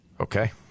Okay